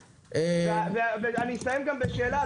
אני אסיים גם בשאלה.